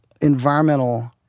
environmental